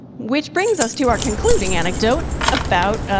which brings us to our concluding anecdote about,